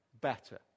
better